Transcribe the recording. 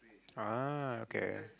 ah okay